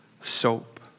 soap